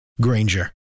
Granger